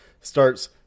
starts